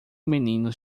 meninos